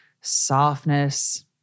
softness